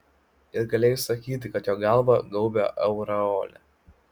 ir galėjai sakyti kad jo galvą gaubia aureolė